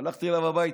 הלכתי אליו הביתה.